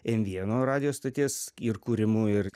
m vieno radijo stoties ir kūrimu ir